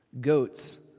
Goats